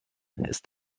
ist